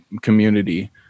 community